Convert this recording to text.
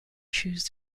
choose